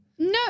No